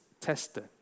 tested